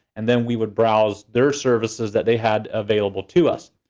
and then we would browse their services that they had available to us.